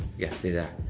yeah say that,